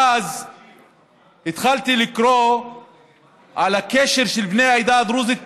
ואז התחלתי לקרוא על הקשר של בני העדה הדרוזית